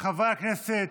חברי הכנסת,